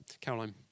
Caroline